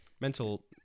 mental